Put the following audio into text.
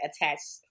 attached